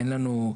אין לנו,